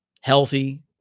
healthy